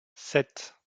sept